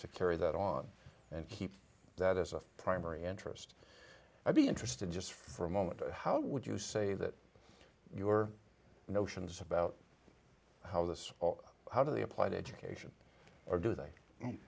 to carry that on and keep that as a primary interest i'd be interested just for a moment to how would you say that your notions about how this how do they apply to education or do they